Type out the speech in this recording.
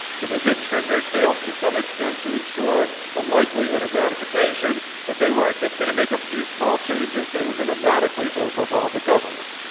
so they did trim their sails to some extent to ensure a likelihood of ratification. but they weren't just going to make a few small changes. they were going to radically overhaul the government.